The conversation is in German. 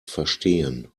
verstehen